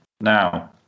now